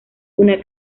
una